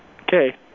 Okay